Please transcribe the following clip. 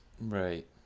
right